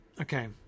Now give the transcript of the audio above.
Okay